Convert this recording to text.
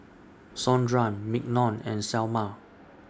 Sondra Mignon and Selma